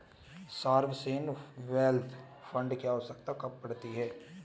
Sovereign wealth fund की आवश्यकता कब पड़ती है?